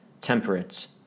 temperance